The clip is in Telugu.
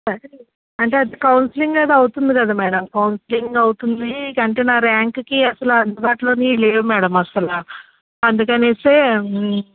సరే అంటే అది కౌన్సిలింగ్ అది అవుతుంది కదా మ్యాడమ్ కౌన్సిలింగ్ అవుతుంది అంటే నా ర్యాంక్కి అసల అందుబాటులోని లేవు మ్యాడమ్ అస్సల అందుకనేసే